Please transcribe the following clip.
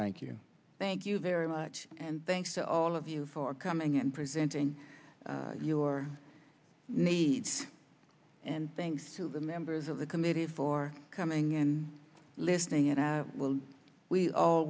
thank you thank you very much and thanks to all of you for coming in presenting your needs and thanks to the members of the committee for coming in listening in as well we all